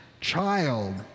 child